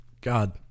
God